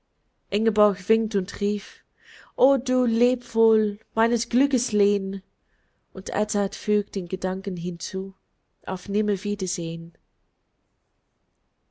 winkt und rief o du lebwohl meines glückes lehn und edzard fügt in gedanken hinzu auf